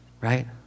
Right